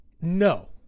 no